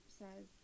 says